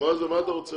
--- מה שאתה רוצה